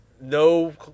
no